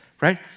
right